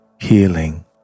healing